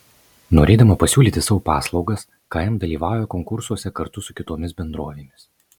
norėdama pasiūlyti savo paslaugas km dalyvauja konkursuose kartu su kitomis bendrovėmis